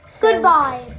Goodbye